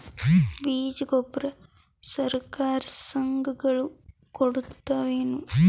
ಬೀಜ ಗೊಬ್ಬರ ಸರಕಾರ, ಸಂಘ ಗಳು ಕೊಡುತಾವೇನು?